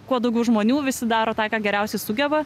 kuo daugiau žmonių visi daro tą ką geriausiai sugeba